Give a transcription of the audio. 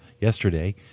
yesterday